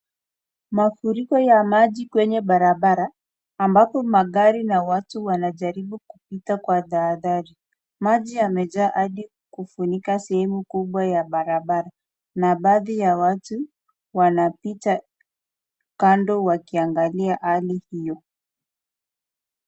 Mafuriko ya maji kwenye barabara, ambapo magari na watu wanajaribu kupita kwa barabara. Maji yamejaa hadi kufunika sehemu kubwa ya barabara na baadhi ya watu wanapita kando wakiangalia hali hiyo.